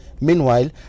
Meanwhile